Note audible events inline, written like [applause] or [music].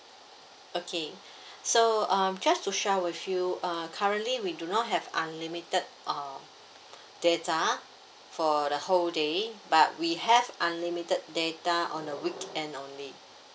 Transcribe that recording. okay [breath] so uh just to share with you err currently we do not have unlimited uh data for the whole day but we have unlimited data on a weekend only